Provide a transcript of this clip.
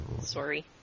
Sorry